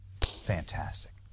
fantastic